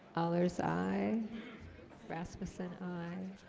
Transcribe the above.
others aye rasmussen i